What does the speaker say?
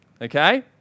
Okay